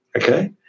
Okay